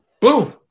Boom